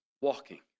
walking